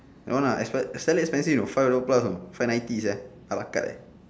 don't want ah expe~ slightly expensive you know five dollar plus you know five ninety ala carte